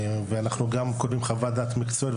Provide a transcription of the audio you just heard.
גם מקבלים חוות דעת מקצועית,